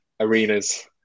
arenas